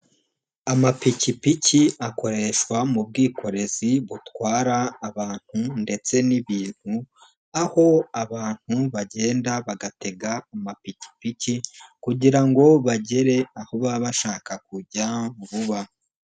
Amapikipiki akoreshwa mu bwikorezi butwara abantu ndetse n'ibintu, aho abantu bagenda bagatega amapikipiki kugira ngo bagere aho baba bashaka kujya vuba.